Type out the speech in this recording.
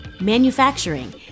manufacturing